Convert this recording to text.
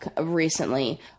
recently